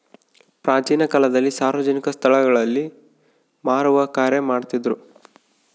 ಪ್ರಾಚೀನ ಕಾಲದಲ್ಲಿ ಸಾರ್ವಜನಿಕ ಸ್ಟಳಗಳಲ್ಲಿ ಮಾರುವ ಕಾರ್ಯ ಮಾಡ್ತಿದ್ರು